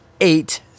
eight